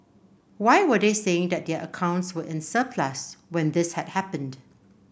why were they saying that their accounts were in surplus when this had happened